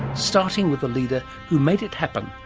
starting with the leader who made it happen,